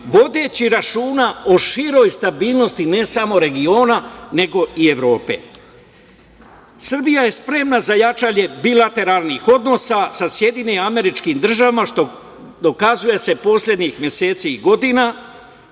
vodeći računa o široj stabilnosti ne samo regiona, nego i Evrope. Srbija je spremna za jačanje bilateralnih odnosa sa SAD, što dokazuje se poslednjih meseci i godina,